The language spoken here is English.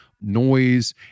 noise